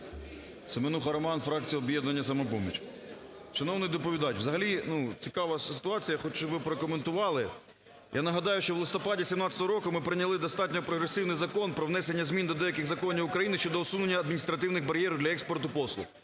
Семенуха Роман, фракція "Об'єднання "Самопоміч". Шановний доповідач, взагалі ну цікава ситуація, я хочу, щоб ви прокоментували. Я нагадаю, що в листопаді 17-го року ми прийняли достатньо прогресивний Закон про внесення змін до деяких законів України щодо усунення адміністративних бар'єрів для експорту послуг.